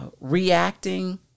reacting